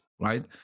right